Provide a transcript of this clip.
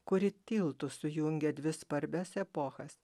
kuri tiltu sujungia dvi svarbias epochas